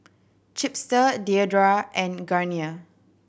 Chipster Diadora and Garnier